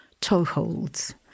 toeholds